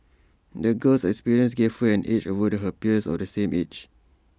the girl's experiences gave her an edge over her peers of the same age